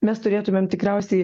mes turėtumėm tikriausiai